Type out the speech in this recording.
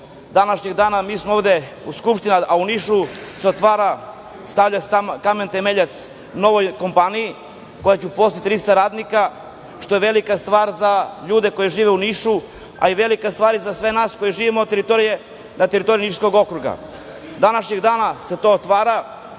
današnjeg dana mi smo ovde u Skupštini, a u Nišu se otvara, stavlja se kamen temeljac novoj kompaniji, koja će uposliti 300 radnika, što je velika stvar za ljude koji žive u Nišu, a i velika stvar za sve nas koji živimo na teritoriji Niškog okruga. Današnjeg dana se to otvara